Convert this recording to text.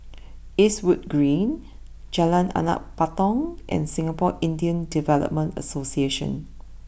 Eastwood Green Jalan Anak Patong and Singapore Indian Development Association